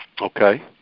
Okay